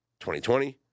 2020